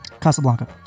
Casablanca